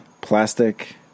plastic